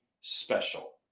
special